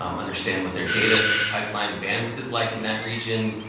um understand what their data pipeline and bandwidth is like in that region.